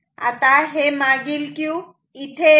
आता हे मागील Q इथे येते